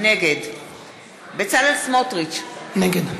נגד בצלאל סמוטריץ, נגד.